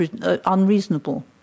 unreasonable